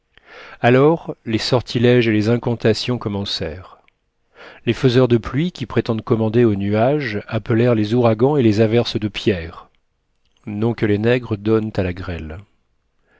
alors les sortilèges et les incantations commencèrent les faiseurs de pluie qui prétendent commander aux nuages appelèrent les ouragans et les averses de pierres